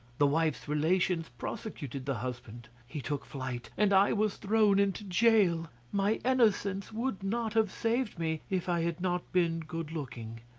the wife's relations prosecuted the husband he took flight, and i was thrown into jail. my innocence would not have saved me if i had not been good-looking.